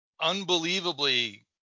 unbelievably